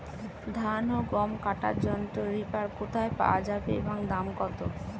ধান ও গম কাটার যন্ত্র রিপার কোথায় পাওয়া যাবে এবং দাম কত?